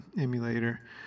emulator